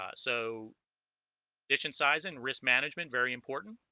ah so addition size and risk management very important